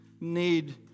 need